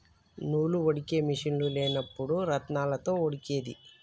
నూలు వడికే మిషిన్లు లేనప్పుడు రాత్నాలతో వడికేది